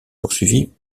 poursuivi